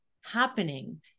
happening